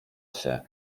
się